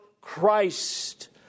Christ